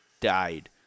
died